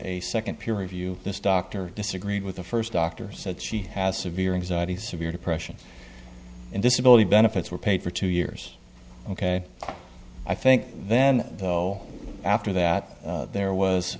a second peer review this doctor disagreed with the first doctor said she has severe anxiety severe depression and disability benefits were paid for two years ok i think then so after that there was